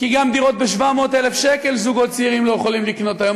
כי גם דירות ב-700,000 שקל זוגות צעירים לא יכולים לקנות היום,